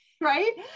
right